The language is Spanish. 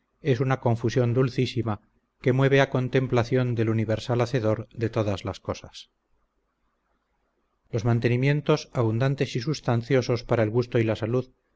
es una confusión dulcísima que mueve a contemplación del universal hacedor de todas las cosas los mantenimientos abundantes y substanciosos para el gusto y la salud